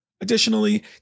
Additionally